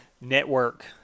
network